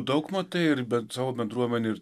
daug matai ir savo bendruomenėj ir